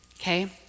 okay